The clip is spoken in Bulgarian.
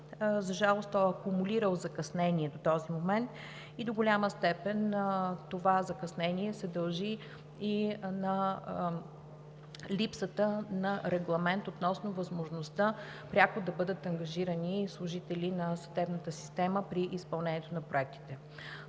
За жалост, той е акумулирал закъснение до този момент и до голяма степен това закъснение се дължи и на липсата на регламент относно възможността пряко да бъдат ангажирани и служители на съдебната система при изпълнението на проектите.